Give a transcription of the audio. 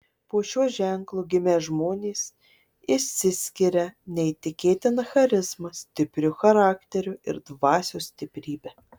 po šiuo ženklu gimę žmonės išsiskiria neįtikėtina charizma stipriu charakteriu ir dvasios stiprybe